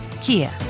Kia